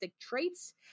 traits